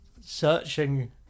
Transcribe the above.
searching